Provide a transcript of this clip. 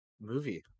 movie